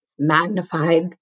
magnified